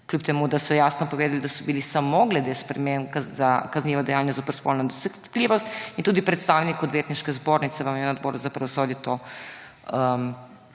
kljub temu da so jasno povedali, da so bili samo glede sprememb za kaznivo dejanje zoper spolno nedotakljivost, in tudi predstavnik Odvetniške zbornice vam je na Odboru za pravosodje to